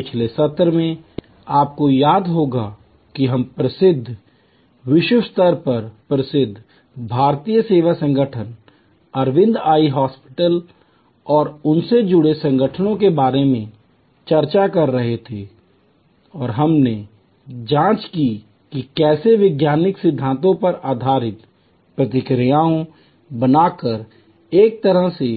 पिछले सत्र में आपको याद होगा कि हम प्रसिद्ध विश्व स्तर पर प्रसिद्ध भारतीय सेवा संगठन अरविंद आई हॉस्पिटल और उनसे जुड़े संगठनों के बारे में चर्चा कर रहे थे और हमने जांच की कि कैसे वैज्ञानिक सिद्धांतों पर आधारित प्रक्रियाएँ बनाकर एक तरह से